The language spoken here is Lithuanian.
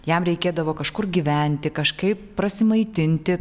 jam reikėdavo kažkur gyventi kažkaip prasimaitinti